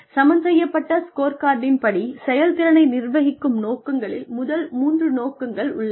சமன்செய்யப்பட்ட ஸ்கோர்கார்டின் படி செயல்திறனை நிர்வகிக்கும் நோக்கங்களில் மூன்று முதன்மை நோக்கங்கள் உள்ளன